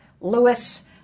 Lewis